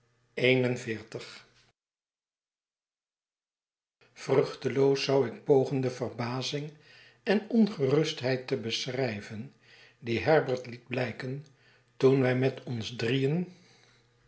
xll vruchteloos zou ik pogen de verbazing en ongerustheid te beschrijven die herbert liet blijken toen wij met ons drieen